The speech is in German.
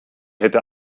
hätte